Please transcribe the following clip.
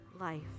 life